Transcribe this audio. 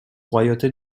royauté